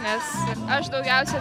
nes aš daugiausia